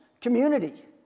community